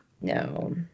no